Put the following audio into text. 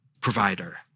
provider